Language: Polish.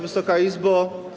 Wysoka Izbo!